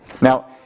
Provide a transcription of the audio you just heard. Now